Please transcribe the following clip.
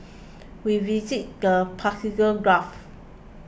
we visited the Persian Gulf